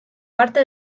parte